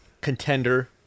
contender